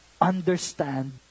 understand